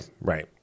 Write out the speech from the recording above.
right